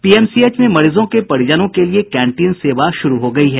PMCH में मरीजों के परिजनों के लिये केंटीन सेवा शुरू हो गयी है